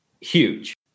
huge